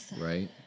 right